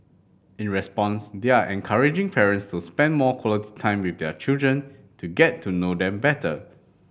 in response they are encouraging parents to spend more quality time with their children to get to know them better